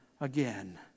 again